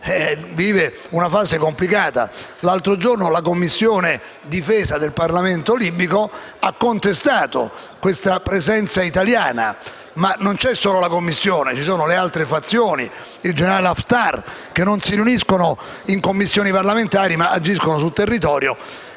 vive una fase complicata. L'altro giorno la Commissione difesa del Parlamento libico ha contestato questa presenza italiana. Tuttavia, c'è non solo la Commissione, ma anche le altre fazioni e il generale Haftar, che non si riuniscono in Commissioni parlamentari, ma agiscono sul territorio